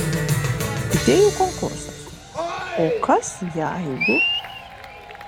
idėjų konkursas o kas jeigu